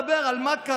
זה לא היה מתאפשר.